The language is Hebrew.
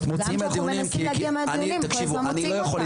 גם כשאנחנו מנסים להגיע לדיונים הם כל הזמן מוציאים אותנו.